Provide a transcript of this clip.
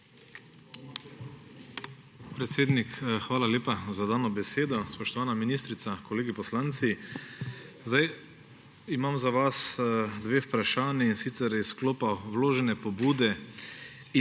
Predsednik, hvala lepa za dano besedo. Spoštovana ministrica, kolegi poslanci! Za vas imam dve vprašanji, in sicer iz sklopa vložene pobude